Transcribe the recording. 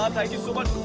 um thank you so much.